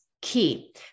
key